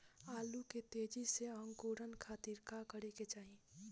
आलू के तेजी से अंकूरण खातीर का करे के चाही?